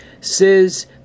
says